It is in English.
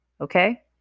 Okay